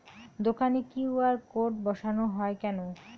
দোকানে QR code বসানো হয় কেন?